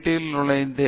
யில் நுழைந்தேன்